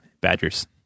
badgers